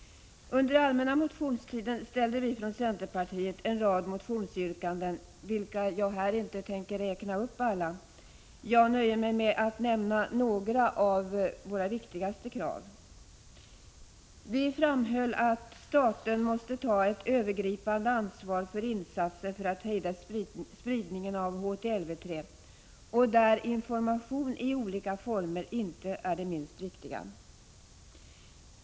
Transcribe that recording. Under allmänna motionstiden ställde vi från centerpartiet en rad motionsyrkanden, vilka jag här inte tänker räkna upp. Jag nöjer mig med att nämna några av våra viktigaste krav. Vi framhöll att staten måste ta ett övergripande ansvar för insatser för att hejda spridningen av HTLV-III, där information i olika former är det inte minst viktiga.